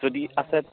যদি আছে